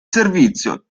servizio